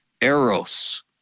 Eros